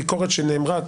ביקורת שנאמרה,